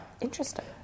Interesting